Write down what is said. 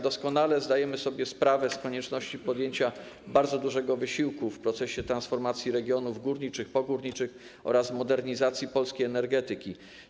Doskonale zdajemy sobie sprawę z konieczności podjęcia bardzo dużego wysiłku w procesie transformacji regionów górniczych, pogórniczych oraz modernizacji polskiej energetyki.